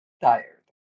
Tired